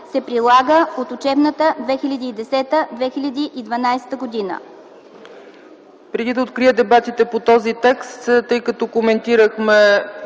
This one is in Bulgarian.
„се прилага от учебната 2011/2012 г”.